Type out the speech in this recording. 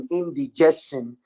indigestion